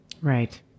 Right